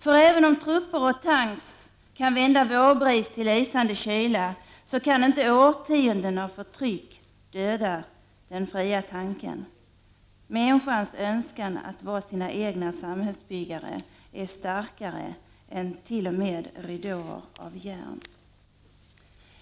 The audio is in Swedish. För även om trupper och tanks kan vända vårbris till isande kyla, så kan inte årtionden av förtryck döda den fria tanken. Människors önskan att vara sina egna samhällsbyggare är starkare än t.o.m. ridåer av järn.